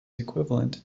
equivalent